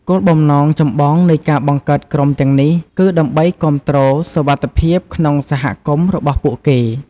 គោលបំណងចម្បងនៃការបង្កើតក្រុមទាំងនេះគឺ ដើម្បីគាំទ្រសុវត្ថិភាពក្នុងសហគមន៍របស់ពួកគេ។